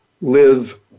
Live